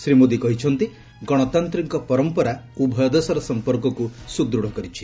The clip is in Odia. ଶ୍ରୀ ମୋଦି କହିଛନ୍ତି ଗଣତାନ୍ତିକ ପରମ୍ପରା ଉଭୟ ଦେଶର ସମ୍ପର୍କକ୍ତ ସ୍ରଦୂଢ଼ କରିଛି